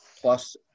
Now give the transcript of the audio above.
plus